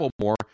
more